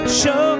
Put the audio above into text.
show